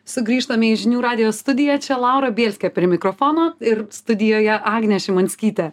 sugrįžtame į žinių radijo studiją čia laura bielskė prie mikrofono ir studijoje agnė šimanskytė